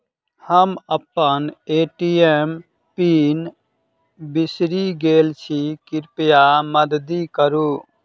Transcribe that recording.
हम अप्पन ATM pin बिसरि गेल छी कृपया मददि करू